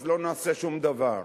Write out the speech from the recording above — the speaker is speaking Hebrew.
אז לא נעשה שום דבר.